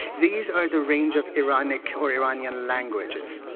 these are the range of iranic or iranian languages.